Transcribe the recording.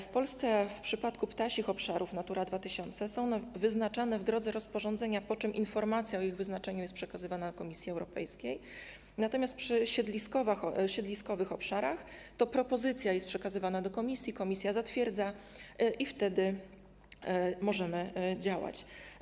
W Polsce w przypadku ptasich obszarów Natury 2000 są one wyznaczane w drodze rozporządzenia, po czym informacja o ich wyznaczeniu jest przekazywana Komisji Europejskiej, natomiast przy siedliskowych obszarach to propozycja jest przekazywana do Komisji, Komisja ją zatwierdza i wtedy możemy działać.